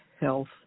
health